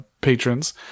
patrons